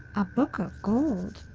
a book of gold?